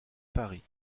paris